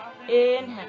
Inhale